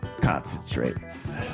concentrates